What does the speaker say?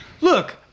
Look